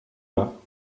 law